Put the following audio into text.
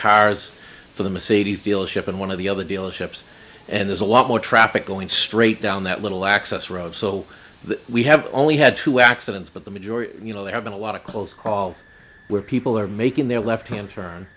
cars for the most eighty's dealership and one of the other dealerships and there's a lot more traffic going straight down that little access road so we have only had two accidents but the majority you know there have been a lot of close call where people are making their left h